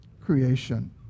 creation